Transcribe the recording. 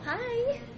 Hi